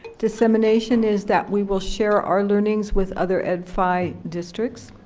dissemination is that we will share our learnings with other ed-fi districts.